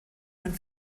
mein